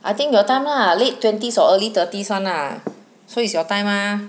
I think your time lah late twenties or early thirties [one] lah so is your time mah